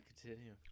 continue